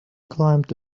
climbed